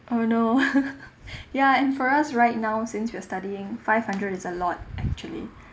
oh no ya and for us right now since we are studying five hundred is a lot actually